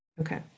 Okay